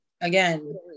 Again